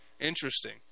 Interesting